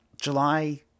july